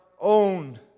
own